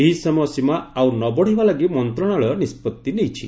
ଏହି ସମୟ ସୀମା ଆଉ ନ ବଢ଼ାଇବା ଲାଗି ମନ୍ତ୍ରଣାଳୟ ନିଷ୍କଭି ନେଇଛି